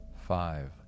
five